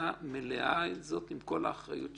אנחנו נראה עכשיו סרטון של כמה דקות ואחר כך